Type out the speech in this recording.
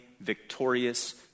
victorious